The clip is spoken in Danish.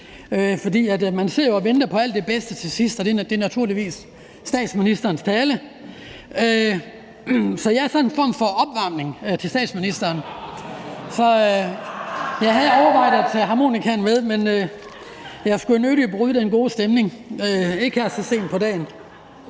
og venter på alt det bedste til sidst, og det er naturligvis statsministerens tale. Så jeg er sådan en form for opvarmning til statsministeren – jeg havde overvejet at tage harmonikaen med, men jeg vil nødig bryde den gode stemning her så sent på dagen.